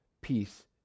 peace